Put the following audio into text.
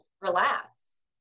relax